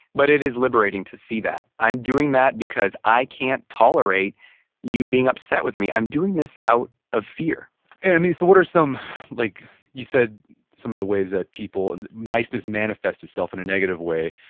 but it is liberating to see that. i'm doing that because i can't tolerate you being upset with me. i'm doing this out of fear and so what are some like you said some of the ways that people, and niceness manifests itself in a negative way.